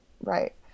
right